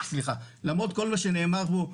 למרות כל מה שנאמר פה,